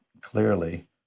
clearly